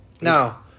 Now